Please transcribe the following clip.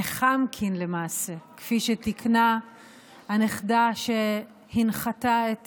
נחַמקין, למעשה, כפי שתיקנה הנכדה שהנחתה את